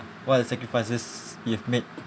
what are the sacrifices you've made